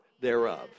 thereof